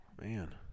Man